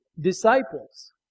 disciples